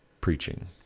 preaching